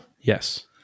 Yes